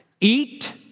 eat